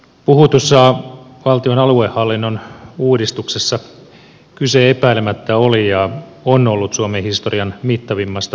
puhutussa valtion aluehallinnon uudistuksessa kyse epäilemättä oli ja on ollut suomen historian mittavimmasta aluehallintouudistuksesta